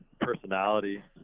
personality